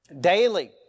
Daily